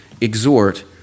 exhort